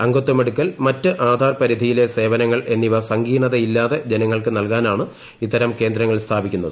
അംഗത്വമെടുക്കൽ മറ്റ് ആധാർ പരിധിയിലെ സേവനങ്ങൾ എന്നിവ സങ്കീർണതയില്ലാതെ ജനങ്ങൾക്ക് നൽകാനാണ് ഇത്തരം കേന്ദ്രങ്ങൾ സ്ഥാപിക്കുന്നത്